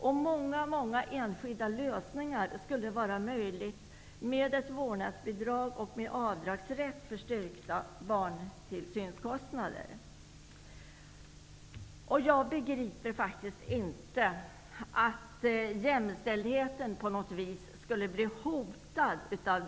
Väldigt många enskilda lösningar skulle vara möjliga om vårdnadsbidrag och rätt till avdrag för styrkta barntillsynskostnader genomfördes. Jag begriper faktiskt inte att detta på något vis skulle utgöra ett hot mot jämställdheten.